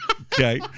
okay